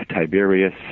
Tiberius